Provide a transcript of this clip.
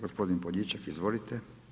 Gospodin Poljičak, izvolite.